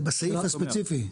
זה בסעיף הספציפי?